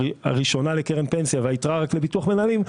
הראשונה לקרן פנסיה והיתרה רק לביטוח מנהלים,